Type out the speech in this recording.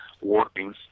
working